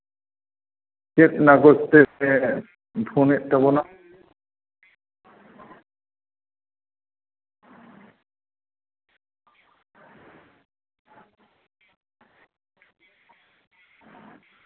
ᱪᱮᱫ ᱱᱟᱜᱚᱡᱽ ᱛᱮᱥᱮ ᱯᱷᱳᱱᱮᱫ ᱛᱟᱵᱚᱱᱟᱢ